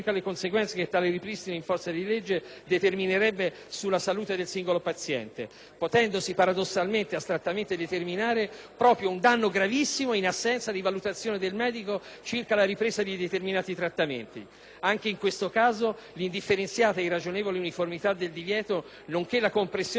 ripristino in forza di legge determinerebbe sulla salute del singolo paziente, potendosi paradossalmente ed astrattamente determinare proprio un danno gravissimo in assenza di valutazione del medico circa la ripresa di determinati trattamenti. Anche in questo caso l'indifferenziata ed irragionevole uniformità del divieto, nonché la compressione dei diritti del paziente